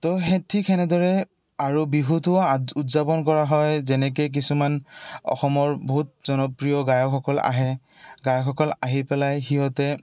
তো সেই ঠিক সেনেদৰে আৰু বিহুটো উদযাপন কৰা হয় যেনেকে কিছুমান অসমৰ বহুত জনপ্ৰিয় গায়কসকল আহে গায়কসকল আহি পেলাই সিহঁতে